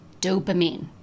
dopamine